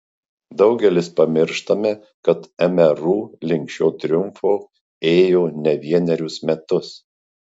daugelis pamirštame kad mru link šio triumfo ėjo ne vienerius metus